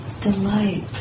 delight